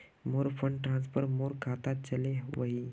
मोर fund transfer मोर खातात चले वहिये